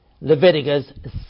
Leviticus